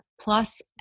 plus